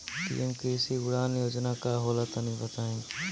PM कृषि उड़ान योजना का होला तनि बताई?